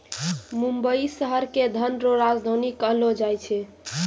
मुंबई शहर के धन रो राजधानी कहलो जाय छै